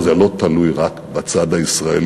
אבל זה לא תלוי רק בצד הישראלי,